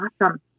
awesome